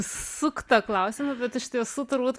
suktą klausimą bet iš tiesų turbūt